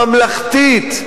ממלכתית,